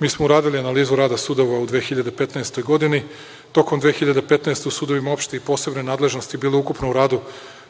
mi smo uradili analizu rada sudova u 2015. godini. Tokom 2015. godine u sudovima opšte i posebne nadležnosti bilo je ukupno u radu